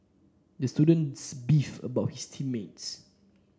the students beefed about his team mates